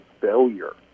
failure